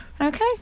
Okay